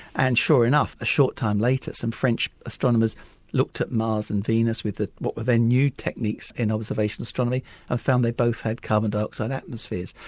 and sure enough, a short time later some french astronomers looked at mars and venus with ah what were then new techniques in observational astronomy and ah found they both had carbon dioxide atmospheres.